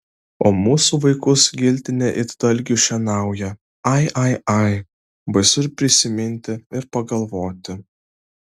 o mūsų vaikus giltinė it dalgiu šienauja ai ai ai baisu ir prisiminti ir pagalvoti